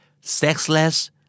sexless